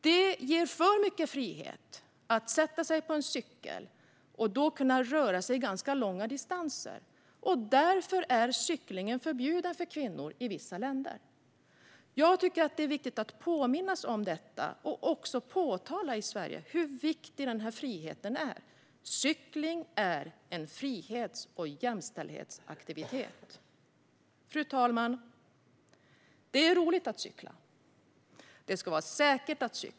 Det ger för mycket frihet att sätta sig på en cykel och då kunna röra sig ganska långa distanser. Därför är det förbjudet med cykling för kvinnor i vissa länder. Jag tycker att det är viktigt att påminna om detta och att påpeka i Sverige hur viktig denna frihet är. Cykling är en frihets och jämställdhetsaktivitet. Fru talman! Det är roligt att cykla, men det ska vara säkert.